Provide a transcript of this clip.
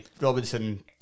Robinson